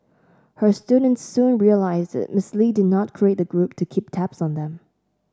her students soon realised that Ms Lee did not create the group to keep tabs on them